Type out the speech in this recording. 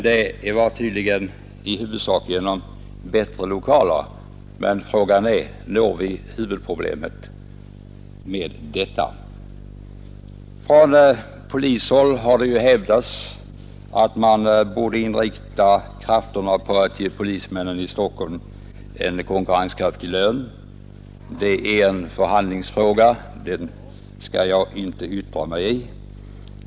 Det skall tydligen i huvudsak ske genom bättre lokaler, men frågan är: Når vi huvudproblemet med detta? Från polishåll har det hävdats att man borde inrikta krafterna på att ge polismännen i Stockholm en konkurrenskraftig lön. Det är en förhandlingsfråga, och den skall jag inte yttra mig om.